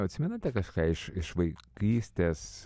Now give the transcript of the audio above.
atsimenate kažką iš iš vaikystės